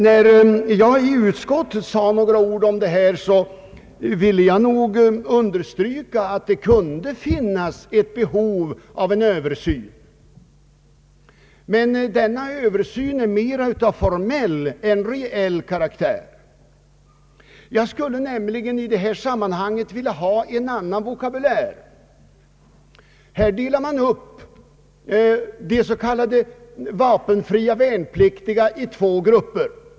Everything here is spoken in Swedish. När jag sade några ord i utskottet om det här, underströk jag att det kunde finnas behov av en översyn men mera av formell än reell karaktär. Jag vill nämligen i det här sammanhanget ha en annan vokabulär. De s.k. vapenfria värnpliktiga delas upp i två grupper.